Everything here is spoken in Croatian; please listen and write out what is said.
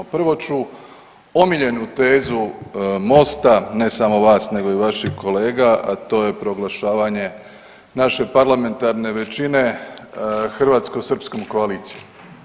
Prvo ću omiljenu tezu MOST-a, ne samo vas nego i vaših kolega, a to je proglašavanje naše parlamentarne većine hrvatsko-srpskom koalicijom.